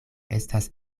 estas